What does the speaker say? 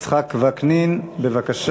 חבר הכנסת יצחק וקנין, בבקשה.